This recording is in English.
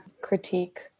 critique